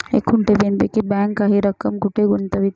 एकूण ठेवींपैकी बँक काही रक्कम कुठे गुंतविते?